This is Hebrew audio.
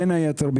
בין היתר,